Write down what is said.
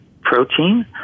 protein